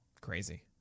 Crazy